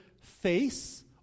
face